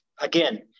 again